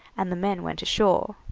and the men went ashore.